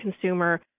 consumer